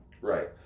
Right